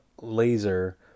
laser